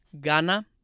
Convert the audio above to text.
Ghana